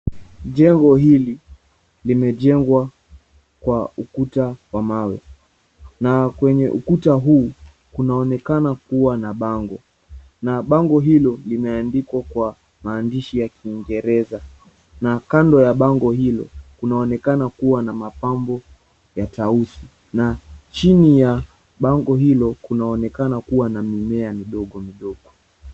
Jengo hiili limejengwa kwa ukuta wa mawe na kwenye ukuta huu kunaonekana kuwa na bango na bango hilo limeandikwa kwa maandishi ya kiingereza. Na kando ya bango hilo kunaonekana kuwa na mapambo ya tausi na chini ya bango kunaonekana kuwa na mimea midogo midogo.